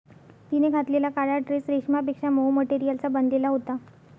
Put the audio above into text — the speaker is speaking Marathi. तिने घातलेला काळा ड्रेस रेशमापेक्षा मऊ मटेरियलचा बनलेला होता